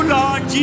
Lord